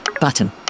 Button